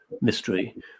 mystery